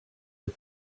was